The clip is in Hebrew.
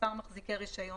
מספר מחזיקי רישיון,